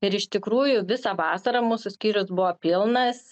ir iš tikrųjų visą vasarą mūsų skyrius buvo pilnas